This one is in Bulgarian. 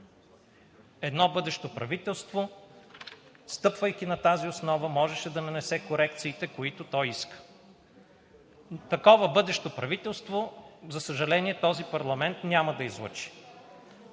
Едно бъдещо правителство, стъпвайки на тази основа, можеше да нанесе корекциите, които то иска, а такова бъдещо правителство, за съжаление, този парламент няма да излъчи.